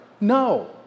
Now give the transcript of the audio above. No